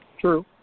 True